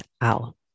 out